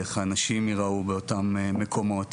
איך האנשים ייראו באותם מקומות.